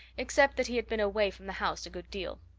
except that he had been away from the house a good deal.